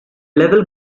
level